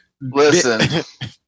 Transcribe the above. Listen